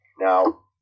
Now